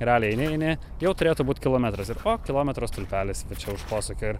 realiai eini eini jau turėtų būt kilometras ir kilometro stulpelis va čia už posūkio ir